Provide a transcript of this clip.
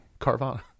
Carvana